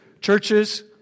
churches